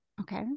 Okay